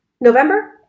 November